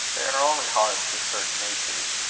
they are only hard to certain natures.